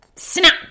Snap